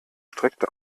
streckte